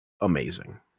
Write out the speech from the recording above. amazing